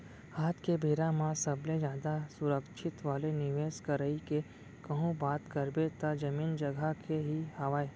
आज के बेरा म सबले जादा सुरक्छित वाले निवेस करई के कहूँ बात करबे त जमीन जघा के ही हावय